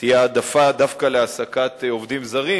תהיה העדפה דווקא להעסקת עובדים זרים